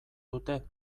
dute